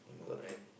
correct